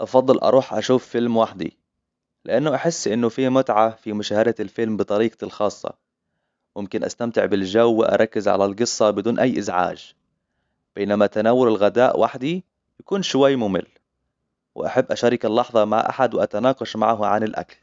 أفضل أروح أشوف فيلم وحدي لأنه أحس إنه فيه متعه في مشاهدة الفيلم بطريقتي الخاصة ممكن أستمتع بالجو وأركز على القصة بدون أي إزعاج بينما تناول الغداء وحدي يكون شوي ممل وأحب أشارك اللحظة مع أحد وأتناقش معه عن الأكل